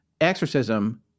exorcism